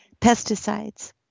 pesticides